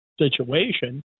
situation